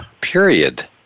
period